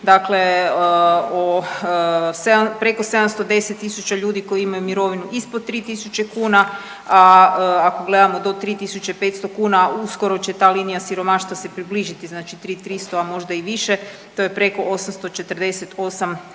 dakle preko 710000 ljudi koji imaju mirovinu ispod 3000 kuna. Ako gledamo do 3500 kuna uskoro će ta linija siromaštva se približiti, znači 33000, a možda i više to je preko 848 000